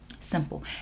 simple